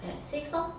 at six lor